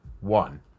one